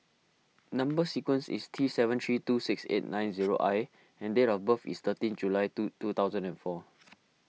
Number Sequence is T seven three two six nine eight zero I and date of birth is thirteen July two two thousand and four